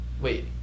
Wait